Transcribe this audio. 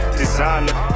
designer